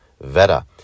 Veta